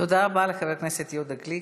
תודה רבה לחבר הכנסת יהודה גליק.